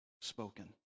spoken